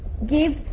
give